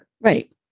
right